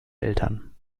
eltern